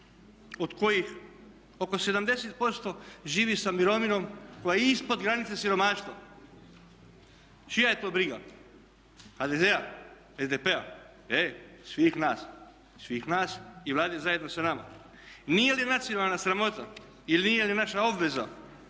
od kojih oko 70% živi sa mirovinom koja je ispod granice siromaštva. Čija je to briga? HDZ-a? SDP-a? Svih nas. Svih nas i Vlade zajedno sa nama. Nije li nacionalna sramota ili nije li naša obveza